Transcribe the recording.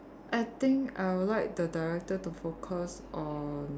I think I'll like the director to focus on